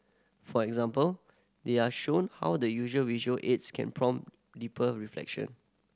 for example they are shown how the usual visual aids can prompt deeper reflection